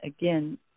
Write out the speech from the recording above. again